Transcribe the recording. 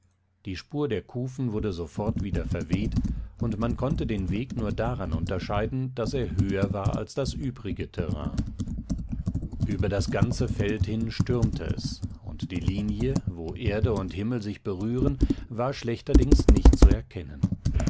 die spur der kufen wurde sofort wieder verweht und man konnte den weg nur daran unterscheiden daß er höher war als das übrige terrain über das ganze feld hin stürmte es und die linie wo erde und himmel sich berühren war schlechterdings nicht zu erkennen